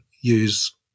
use